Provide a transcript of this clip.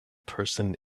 person